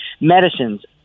medicines